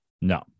No